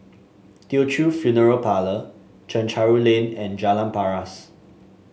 Teochew Funeral Parlour Chencharu Lane and Jalan Paras